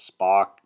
spock